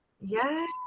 Yes